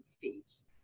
fees